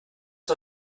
vor